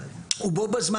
ובו בזמן,